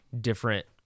different